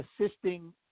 assisting